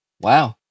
Wow